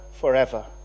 forever